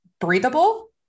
breathable